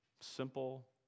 Simple